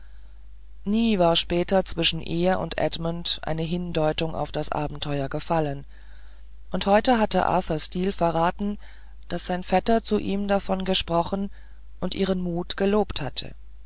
nie war später zwischen ihr und edmund eine hindeutung auf das abenteuer gefallen und heute hatte arthur steel verraten daß sein vetter zu ihm davon gesprochen und ihren mut gelobt habe